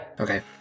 Okay